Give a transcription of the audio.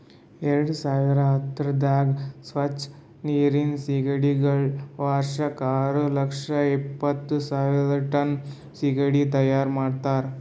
ಎರಡು ಸಾವಿರ ಹತ್ತುರದಾಗ್ ಸ್ವಚ್ ನೀರಿನ್ ಸೀಗಡಿಗೊಳ್ ವರ್ಷಕ್ ಆರು ಲಕ್ಷ ಎಪ್ಪತ್ತು ಸಾವಿರ್ ಟನ್ ಸೀಗಡಿ ತೈಯಾರ್ ಮಾಡ್ತಾರ